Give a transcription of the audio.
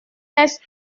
laisse